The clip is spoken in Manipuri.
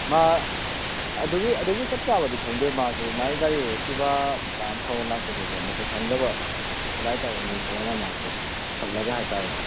ꯃꯥ ꯑꯗꯨꯒꯤ ꯑꯗꯨꯒꯤ ꯆꯞ ꯆꯥꯕꯗꯤ ꯈꯪꯗꯦ ꯃꯥꯁꯦ ꯃꯥꯏ ꯒꯥꯔꯤꯁꯤ ꯑꯦꯛꯇꯤꯕꯥ ꯃꯆꯥ ꯑꯃ ꯊꯧꯔ ꯂꯥꯛꯄꯗꯨꯗ ꯃꯁꯛ ꯈꯪꯗꯕ ꯈꯨꯠꯂꯥꯏ ꯄꯥꯏꯕ ꯃꯤ ꯈꯔꯅ ꯃꯥꯁꯤ ꯊꯠꯂꯒ ꯍꯥꯏꯇꯥꯔꯦ